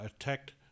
attacked